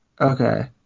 Okay